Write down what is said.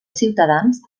ciutadans